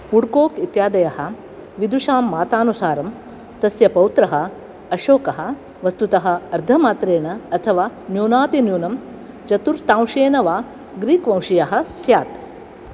woodcock इत्यादयः विदुषां मातानुसारं तस्य पौत्रः अशोकः वस्तुतः अर्धमात्रेण अथवा न्यूनातिन्यूनं चतुर्थांशेन वा ग्रीक् वंशीयः स्यात्